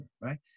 right